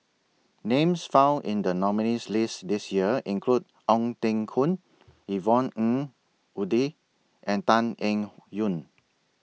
Names found in The nominees' list This Year include Ong Teng Koon Yvonne Ng Uhde and Tan Eng Yoon